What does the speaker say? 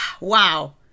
Wow